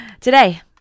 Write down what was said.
Today